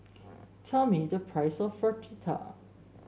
tell me the price of Fritada